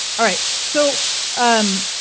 alright, so um.